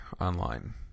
online